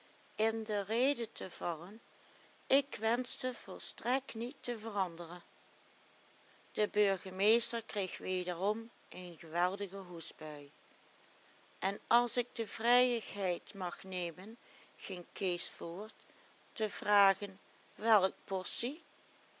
in de rede te vallen ik wenschte volstrekt niet te veranderen de burgemeester kreeg wederom een geweldige hoestbui en as ik de vrijïgheid mag nemen ging kees voort te vragen welk possie